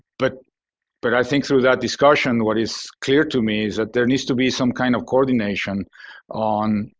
but but i think through that discussion, what is clear to me is that there needs to be some kind of coordination on